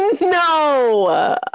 No